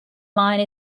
line